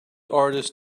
artist